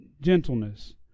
gentleness